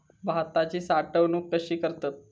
भाताची साठवूनक कशी करतत?